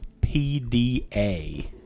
pda